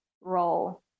role